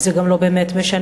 וזה גם לא באמת משנה,